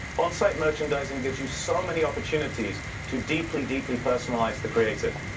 on-site merchandising gives you so many opportunities to deeply, deeply personalize the creative.